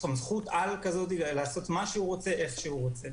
סמכות-על לעשות מה שהוא רוצה ואיך שהוא רוצה.